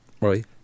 Right